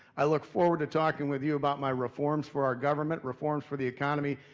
i look forward to talking with you about my reforms for our government, reforms for the economy,